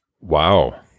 Wow